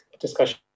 discussion